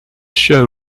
show